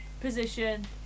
position